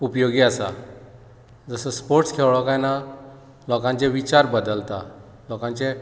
उपयोगी आसा जसो स्पोर्ट्स खेळ्ळो कांय ना लोकांचो विचार बदलता लोकांचे